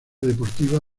deportiva